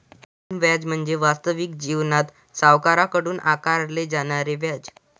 एकूण व्याज म्हणजे वास्तविक जीवनात सावकाराकडून आकारले जाणारे व्याज